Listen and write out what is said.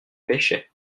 pêchait